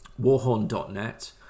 warhorn.net